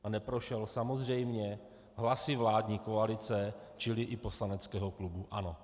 A neprošel samozřejmě hlasy vládní koalice, čili i poslaneckého klubu ANO.